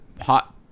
hot